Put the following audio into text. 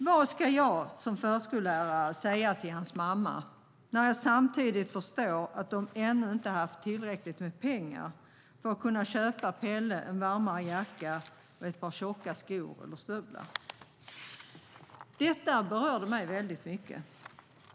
Vad ska jag som förskollärare säga till hans mamma när jag samtidigt förstår att de ännu inte haft tillräckligt med pengar för att kunna köpa Pelle en varmare jacka och ett par tjocka skor eller stövlar? Detta berörde mig väldigt mycket.